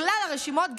בכלל הרשימות,